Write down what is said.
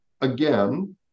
Again